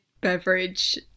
beverage